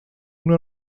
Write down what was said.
una